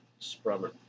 sprummer